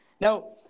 Now